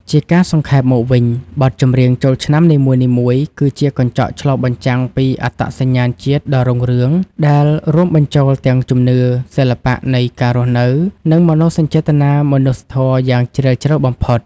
ជាការសង្ខេបមកវិញ បទចម្រៀងចូលឆ្នាំនីមួយៗគឺជាកញ្ចក់ឆ្លុះបញ្ចាំងពីអត្តសញ្ញាណជាតិដ៏រុងរឿង ដែលរួមបញ្ចូលទាំងជំនឿ សិល្បៈនៃការរស់នៅ និងមនោសញ្ចេតនាមនុស្សធម៌យ៉ាងជ្រាលជ្រៅបំផុត។